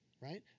right